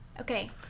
Okay